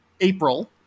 April